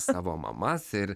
savo mamas ir